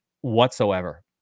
whatsoever